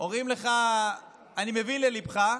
אומרים לך: אני מבין לליבך,